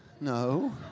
no